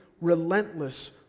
relentless